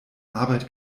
arbeit